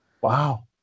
Wow